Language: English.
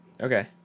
Okay